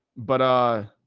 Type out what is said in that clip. but, i